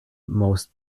most